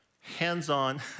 hands-on